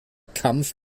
kampf